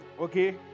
okay